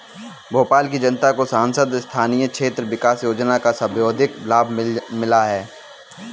भोपाल की जनता को सांसद स्थानीय क्षेत्र विकास योजना का सर्वाधिक लाभ मिला है